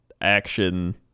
action